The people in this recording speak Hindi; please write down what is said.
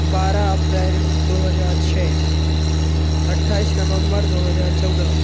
बारह अप्रैल दो हज़ार छ अट्ठाईस नवम्बर दो हज़ार चौदह